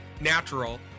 natural